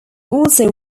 also